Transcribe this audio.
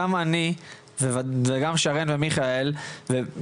גם אני וגם שרן השכל ומיכאל ביטון,